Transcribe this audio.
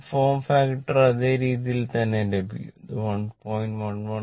ഇപ്പോൾ form factor അതേ രീതിയിൽ തന്നെ ലഭിക്കും അത് 1